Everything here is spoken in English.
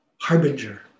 harbinger